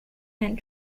and